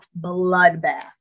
bloodbath